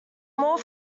more